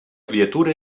criatura